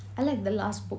I like the last book